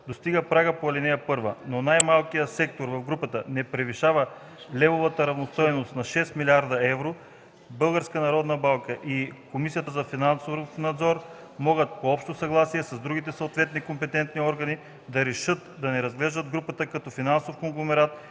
достига прага по ал. 1, но най-малкият сектор в групата не превишава левовата равностойност на 6 млрд. евро, БНБ и КФН могат по общо съгласие с другите съответни компетентни органи да решат да не разглеждат групата като финансов конгломерат